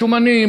בשומנים,